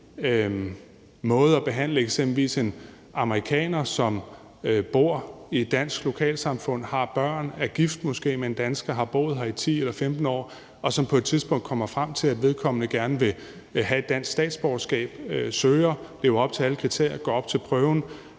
måde at behandle eksempelvis en amerikaner på, som bor i et dansk lokalsamfund, har børn, måske er gift med en dansker, har boet her i 10 eller 15 år, og som på et tidspunkt kommer frem til, at vedkommende gerne vil have et dansk statsborgerskab, og vedkommende søger, lever op til kriterierne, går op til prøven,